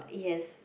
yes